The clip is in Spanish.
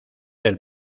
del